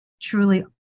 truly